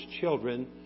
children